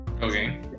Okay